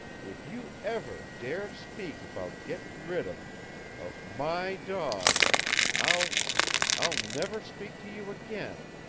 if you ever dare speak about getting rid of of my dog i'll i'll never speak to you again,